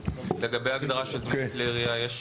לגבי ההגדרה של דמוי כלי ירייה יש